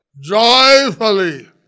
Joyfully